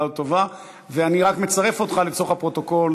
הצבעתי אצל מיכאלי, כי המסך שלי היה מחוק,